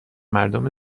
مردم